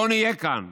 לא נהיה כאן,